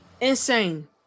Insane